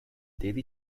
daily